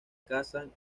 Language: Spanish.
casan